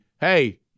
hey—